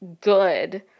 good